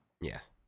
Yes